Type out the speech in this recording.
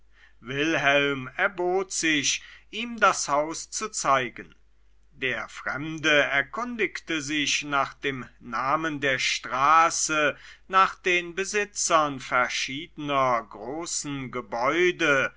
wilhelm erbot sich ihm das haus zu zeigen der fremde erkundigte sich nach dem namen der straße nach den besitzern verschiedener großer gebäude